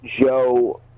Joe